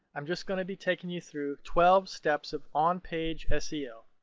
i'm just going to be taking you through twelve steps of on page ah seo.